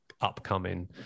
upcoming